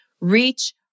reach